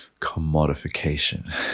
commodification